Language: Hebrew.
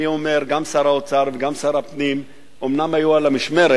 אני אומר: גם שר האוצר וגם שר הפנים אומנם היו במשמרת,